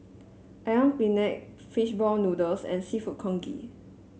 ayam Penyet fish ball noodles and seafood Congee